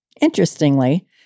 Interestingly